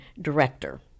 director